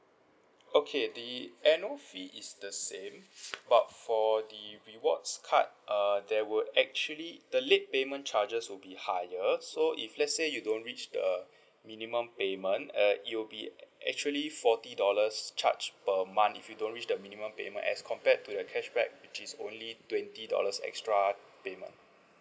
okay the annual fee is the same but for the rewards card uh there would actually the late payment charges will be higher so if let's say you don't reach the minimum payment uh it will be actually forty dollars charge per month if you don't reach the minimum payment as compared to the cashback which is only twenty dollars extra payment